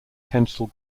kensal